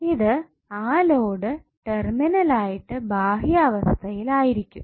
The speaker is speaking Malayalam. ഇത് ആ ലോഡ് ടെർമിനൽ ആയിട്ട് ബാഹ്യാവസ്ഥയിൽ ആയിരിക്കും